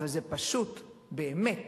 אבל זה פשוט באמת